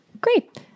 Great